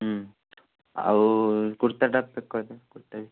ହୁଁ ଆଉ କୁର୍ତ୍ତା ଟା ପ୍ୟାକ୍ କରିଦେବେ କୁର୍ତ୍ତା ବି